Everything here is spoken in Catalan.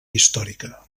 històrica